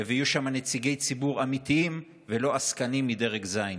ויהיו שם נציגי ציבור אמיתיים ולא עסקנים מדרג ז'.